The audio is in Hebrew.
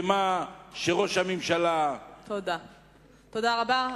תודה רבה.